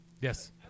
Yes